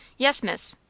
yes, miss.